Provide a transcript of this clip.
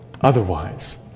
Otherwise